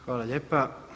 Hvala lijepa.